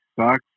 sucks